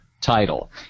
title